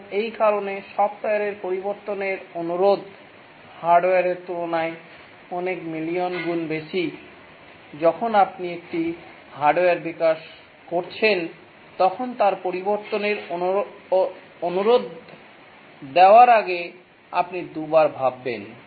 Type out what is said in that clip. এবং এই কারণে সফ্টওয়্যারের পরিবর্তনের অনুরোধ হার্ডওয়্যারের তুলনায় কয়েক মিলিয়ন গুণ বেশি যখন আপনি একটি হার্ডওয়্যার বিকাশ করছেন তখন তার পরিবর্তনের অনুরোধ দেওয়ার আগে আপনি দুবার ভাববেন